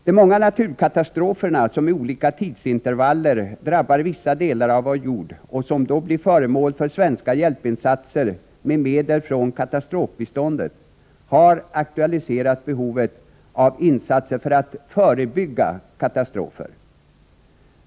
De många naturkatastroferna, som med olika tidsintervaller drabbar vissa delar av vår jord och som då blir föremål för svenska hjälpinsatser med medel från katastrofbiståndet, har aktualiserat behovet av insatser för att förebygga katastrofer.